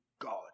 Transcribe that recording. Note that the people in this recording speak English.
God